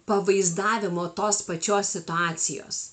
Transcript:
pavaizdavimo tos pačios situacijos